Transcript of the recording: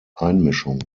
einmischung